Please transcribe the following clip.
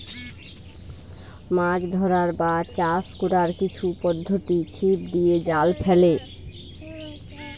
মাছ ধরার বা চাষ কোরার কিছু পদ্ধোতি ছিপ দিয়ে, জাল ফেলে